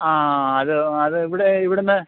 ആ അത് അത് ഇവിടെ ഇവിടെ നിന്ന്